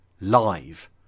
Live